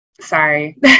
Sorry